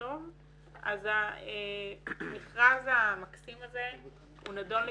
טוב אז המכרז המקסים הזה הוא נדון לכישלון.